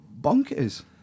bonkers